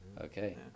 Okay